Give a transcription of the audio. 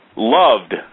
loved